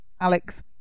Alex